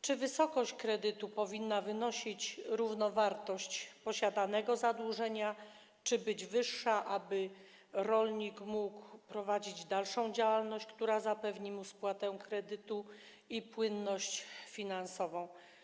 Czy wysokość kredytu powinna wynosić równowartość posiadanego zadłużenia, czy powinna być wyższa, aby rolnik mógł prowadzić dalszą działalność, która zapewni mu spłatę kredytu i płynność finansową?